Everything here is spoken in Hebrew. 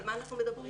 על מה אנחנו מדברים?